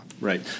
Right